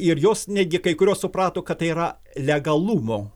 ir jos netgi kai kurios suprato kad tai yra legalumo